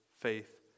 faith